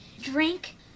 drink